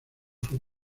club